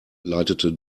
leitete